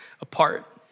apart